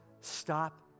stop